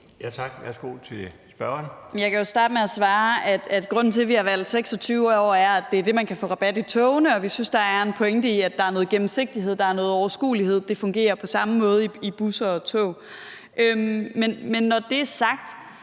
Kl. 17:30 Sofie Lippert (SF): Jeg kan jo starte med at svare, at grunden til, at vi har valgt 26 år, også er, at det er op til den alder, man kan få rabat i togene, og at vi synes, der er en pointe i, at der er noget gennemsigtighed, og at der er noget overskuelighed, og at det fungerer på samme måde i busser og tog, og jeg gav det jo gerne